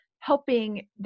helping